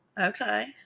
Okay